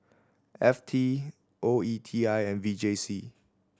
F T O E T I and V J C